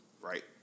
right